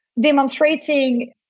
demonstrating